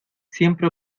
siempre